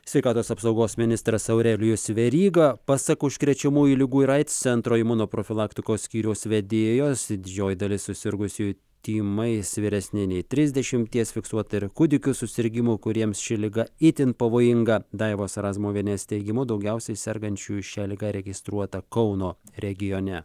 sveikatos apsaugos ministras aurelijus veryga pasak užkrečiamųjų ligų ir aids centro imunoprofilaktikos skyriaus vedėjos didžioji dalis susirgusiųjų tymais vyresni nei trisdešimties fiksuota ir kūdikių susirgimų kuriems ši liga itin pavojinga daivos razmuvienės teigimu daugiausiai sergančiųjų šia liga registruota kauno regione